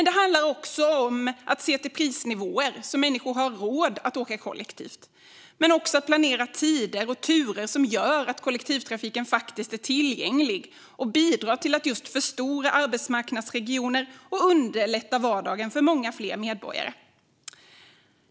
Det handlar också om att se på prisnivåerna så att människor har råd att åka kollektivt men också planera tider och turer som gör kollektivtrafiken tillgänglig och bidrar till att förstora arbetsmarknadsregioner och underlätta vardagen för många fler medborgare.